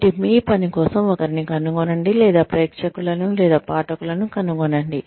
కాబట్టి మీ పని కోసం ఒకరిని కనుగొనండి లేదా ప్రేక్షకులను లేదా పాఠకులను కనుగొనండి